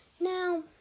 Now